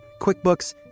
QuickBooks